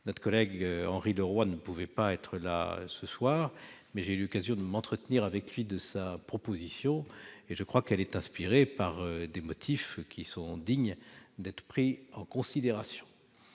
Notre collègue Henri Leroy ne pouvait pas être présent ce soir, mais j'ai eu l'occasion de m'entretenir avec lui de sa proposition, qui est inspirée par des motifs que je crois dignes d'être pris en considération.